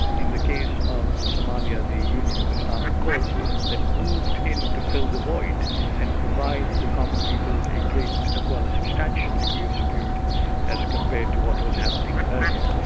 in the case of somalia the union of islamic courts that moved in to fill the void and provide the common people a great, well a substantial degree of security as compared to what was happening earlier.